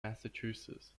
massachusetts